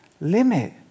limit